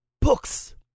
books